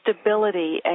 stability